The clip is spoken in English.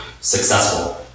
successful